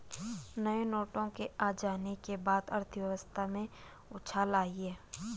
नए नोटों के आ जाने के बाद अर्थव्यवस्था में उछाल आयी है